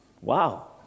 Wow